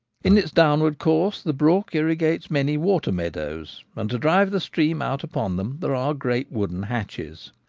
in its downward course the brook irrigates many water meadows, and to drive the stream out upon them there are great wooden hatches.